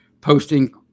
posting